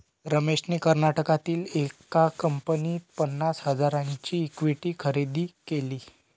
रमेशने कर्नाटकातील एका कंपनीत पन्नास हजारांची इक्विटी खरेदी केली